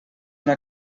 una